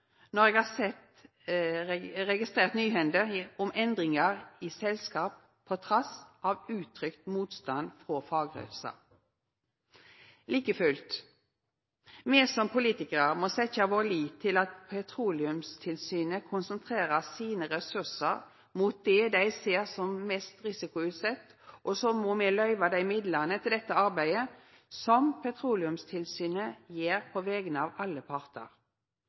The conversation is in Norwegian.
når eg har registrert nyhende om endringar i selskap trass i uttrykt motstand frå fagrørsla. Like fullt: Me må som politikarar setja vår lit til at Petroleumstilsynet konsentrerer sine ressursar mot det dei ser som mest risikoutsett, og så må me løyva dei midlane til dette viktige arbeidet som Petroleumstilsynet gjer på vegner av alle partar.